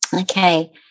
Okay